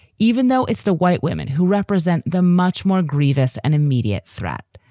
even though it's the white women who represent the much more grievous and immediate threat.